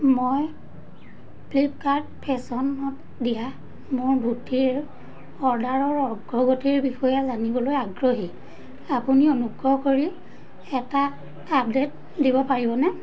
মই ফ্লিপকাৰ্ট ফেশ্বনত দিয়া মোৰ ধুতিৰ অৰ্ডাৰৰ অগ্ৰগতিৰ বিষয়ে জানিবলৈ আগ্ৰহী আপুনি অনুগ্ৰহ কৰি এটা আপডে'ট দিব পাৰিবনে